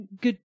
good